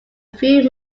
few